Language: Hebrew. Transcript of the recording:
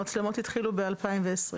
המצלמות התחילו ב-2020.